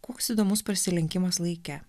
koks įdomus prasilenkimas laike